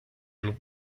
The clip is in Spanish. club